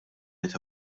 qed